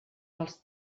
els